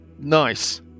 nice